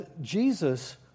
Jesus